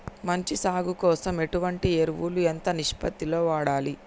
మంచి సాగు కోసం ఎటువంటి ఎరువులు ఎంత నిష్పత్తి లో వాడాలి?